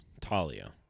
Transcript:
Talia